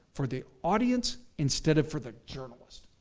for the audience instead of for the journalist?